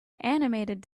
animated